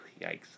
yikes